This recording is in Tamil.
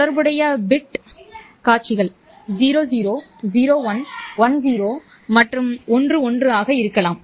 தொடர்புடைய பிட் காட்சிகள் 00 01 10 மற்றும் 11 ஆக இருக்கலாம்